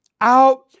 out